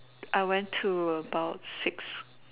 I went to about six